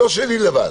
לא שלי לבד.